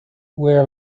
was